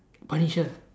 punisher